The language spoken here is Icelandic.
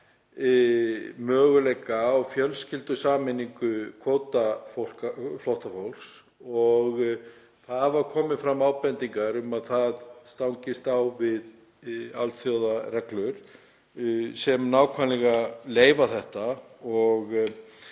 möguleika á fjölskyldusameiningu kvótaflóttafólks og það hafa komið fram ábendingar um að það stangist á við alþjóðareglur sem leyfa þetta. Ég